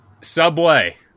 Subway